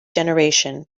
generation